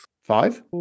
five